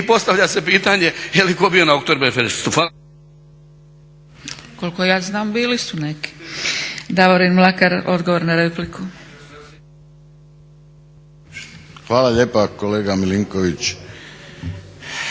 i postavlja se pitanje je li ko bio na Oktoberfestu.